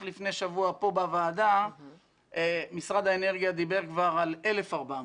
לפני שבוע כאן בוועדה משרד האנרגיה דיבר כבר על 1,400,